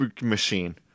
machine